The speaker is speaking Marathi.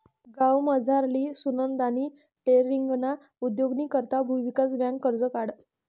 गावमझारली सुनंदानी टेलरींगना उद्योगनी करता भुविकास बँकनं कर्ज काढं